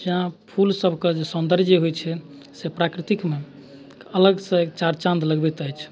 जेना फूलसभके जे सौन्दर्य होइत छै से प्राकृतिकमे अलगसँ एक चारि चाँद लगबैत अछि